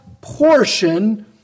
portion